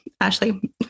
Ashley